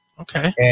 Okay